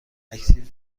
اکتیو